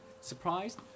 surprised